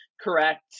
correct